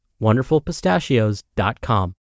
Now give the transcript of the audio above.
wonderfulpistachios.com